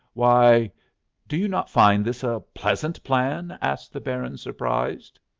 why do you not find this a pleasant plan? asked the baron, surprised.